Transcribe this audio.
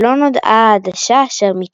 ולא נודעה העדשה אשר מתחת.